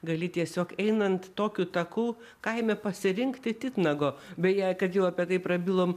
gali tiesiog einant tokiu taku kaime pasirinkti titnago beje kad jau apie tai prabilom